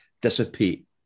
dissipate